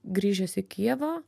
grįžęs į kijevą